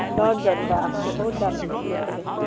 dozen বাপৰে বহুত দাম দি লৈছে দেখোন